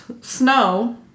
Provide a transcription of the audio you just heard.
snow